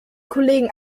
kollegen